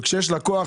וכשיש לקוח,